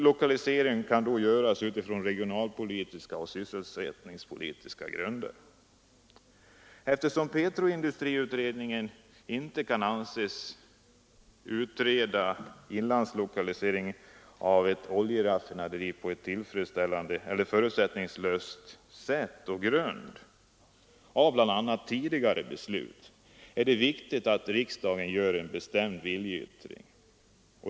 Lokaliseringen kan då ske utifrån regionalpolitiska och sysselsättningspolitiska grunder. Eftersom petroindustriutredningen inte kan anses utreda inlandslokalisering av ett oljeraffinaderi på ett förutsättningslöst sätt på grund av bl.a. tidigare beslut, är det viktigt att riksdagen avger en bestämd viljeyttring.